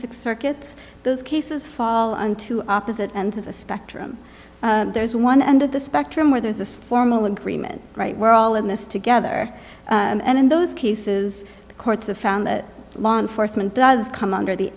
gets those cases fall on two opposite ends of the spectrum there's one end of the spectrum where there's this form of agreement right we're all in this together and in those cases the courts have found that law enforcement does come under the